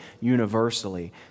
universally